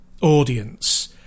audience